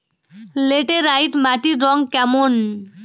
Laterite মাটির রং কেমন?